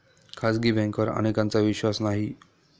खाजगी बँकांवर अनेकांचा विश्वास नाही